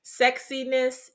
sexiness